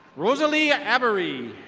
rosalia abberee.